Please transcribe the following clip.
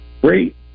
great